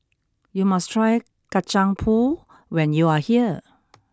you must try Kacang Pool when you are here